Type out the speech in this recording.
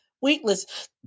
weightless